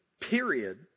period